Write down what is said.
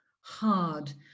hard